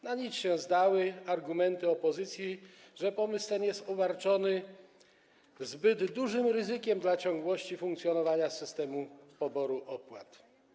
Na nic się zdały argumenty opozycji, że ten pomysł jest obarczony zbyt dużym ryzykiem w przypadku ciągłości funkcjonowania systemu poboru opłat.